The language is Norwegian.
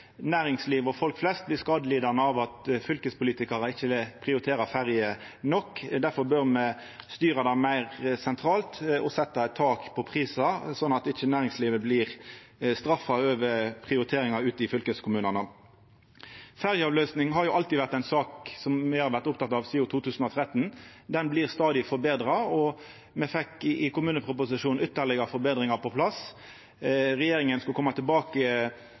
næringslivet og folk flest blir skadelidande fordi fylkespolitikarar ikkje prioriterer ferjer nok. Difor bør me styra dette meir sentralt og setja eit tak på prisar, slik at ikkje næringslivet blir straffa gjennom prioriteringar i fylkeskommunane. Ferjeavløysing har vore ei sak som me har vore opptekne av sidan 2013. Den ordninga vert stadig forbetra. I kommuneproposisjonen fekk me ytterlegare forbetringar på plass. Regjeringa skulle koma tilbake med detaljane om korleis ein skulle setja forbetringane ut i